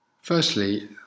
Firstly